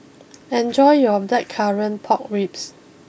enjoy your blackcurrant Pork Ribs